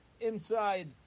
inside